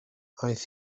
aeth